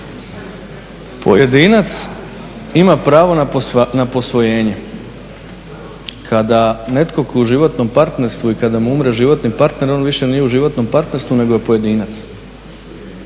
Pojedinac ima pravo na posvojenje. Kada neko ko je u životnom partnerstvu, i kada mu umre životni partner on više nije u životnom partnerstvo nego je pojedinac.